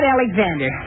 Alexander